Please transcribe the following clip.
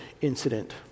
incident